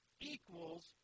equals